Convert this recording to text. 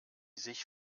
sich